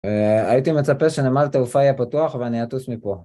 הייתי מצפה שנמל תעופה יהיה פתוח ואני אטוס מפה.